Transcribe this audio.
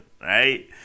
right